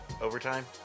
overtime